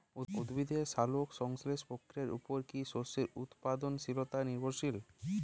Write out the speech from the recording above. উদ্ভিদের সালোক সংশ্লেষ প্রক্রিয়ার উপর কী শস্যের উৎপাদনশীলতা নির্ভরশীল?